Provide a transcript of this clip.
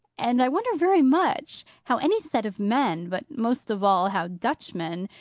and i wonder very much how any set of men, but most of all how dutchmen,